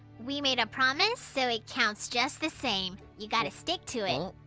we made a promise, so it counts just the same. you gotta stick to and